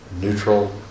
neutral